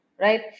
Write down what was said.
right